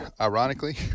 Ironically